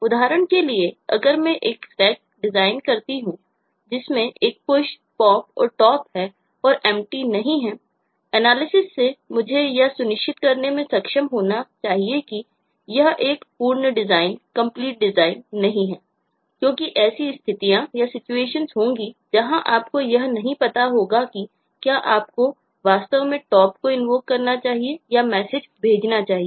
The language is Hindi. उदाहरण के लिए अगर मैं एक Stack डिजाइन करता हूं जिसमें एक Push Pop और Top है और Empty नहीं है